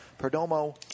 Perdomo